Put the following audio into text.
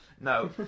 No